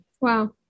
Wow